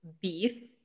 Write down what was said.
beef